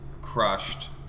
crushed